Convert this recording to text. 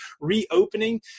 reopening